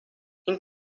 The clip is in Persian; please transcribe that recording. این